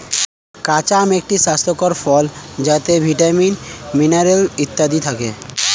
কাঁচা আম একটি স্বাস্থ্যকর ফল যাতে ভিটামিন, মিনারেল ইত্যাদি থাকে